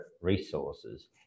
resources